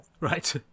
Right